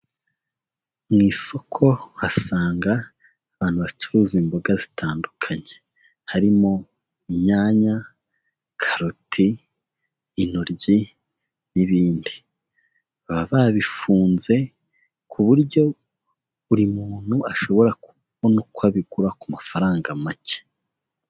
Mu isoko uhasanga abantu bacuruza imboga zitandukanye, harimo imyanya, karoti, intoryi n'ibindi, baba babifunze ku buryo buri muntu ashobora kubona uko bigura ku mafaranga make.